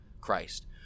Christ